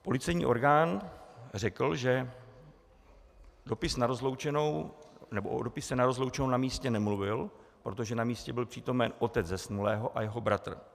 Policejní orgán řekl, že dopis na rozloučenou nebo o dopise na rozloučenou na místě nemluvil, protože na místě byl přítomen otec zesnulého a jeho bratr.